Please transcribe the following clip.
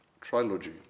trilogy